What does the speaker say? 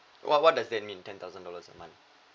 what what does that mean ten thousand dollars a month